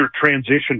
transition